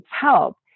help